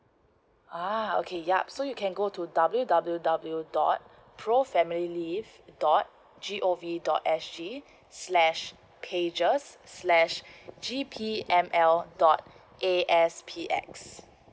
ah okay yup so you can go to W_W_W dot pro family leave dot G_O_V dot S_G slash pages slash G_P_M_L dot A_S_P_X